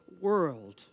world